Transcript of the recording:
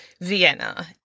Vienna